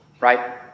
right